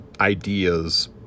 Ideas